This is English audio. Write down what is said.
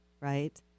right